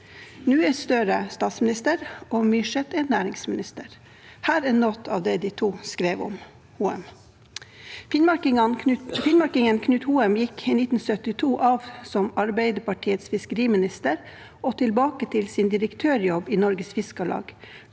Nå er Støre statsminister, og Myrseth er næringsminister. Her er noe av det de to skrev om Hoem: «Finnmarkingen Knut Hoem gikk i 1972 av som Arbeiderpartiets fiskeriminister og tilbake til sin direktørjobb i Norges Råfisklag,